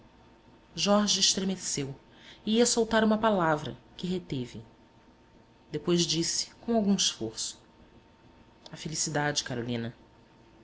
jorge estremeceu e ia soltar uma palavra que reteve depois disse com algum esforço a felicidade carolina